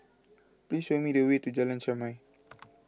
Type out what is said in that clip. please show me the way to Jalan Chermai